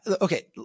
okay